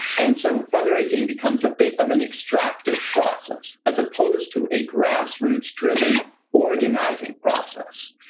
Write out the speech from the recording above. and so fundraising becomes a bit of an extractive process, as opposed to a grassroots-driven organizing process.